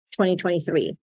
2023